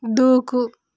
దూకు